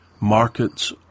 markets